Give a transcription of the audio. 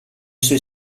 suoi